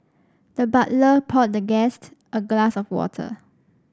the butler poured the guest a glass of water